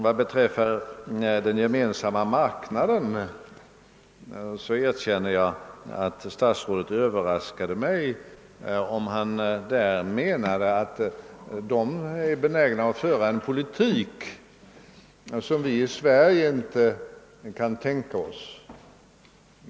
Vad beträffar Gemensamma marknaden erkänner jag, att statsrådet överraskade mig, om han menade att man inom Gemensamma marknaden skulle vara benägen att föra en politik som vi i Sverige inte kan tänka oss.